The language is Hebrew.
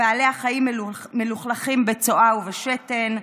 בעלי החיים מלוכלכים בצואה ובשתן.